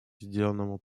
сделанному